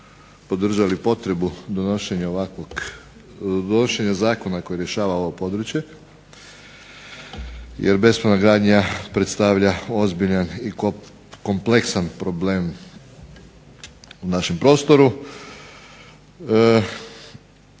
podržali potrebu donošenja ovakvog zakona koji rješava ovo područje jer ... predstavlja ozbiljan i kompleksan problem na našem prostoru.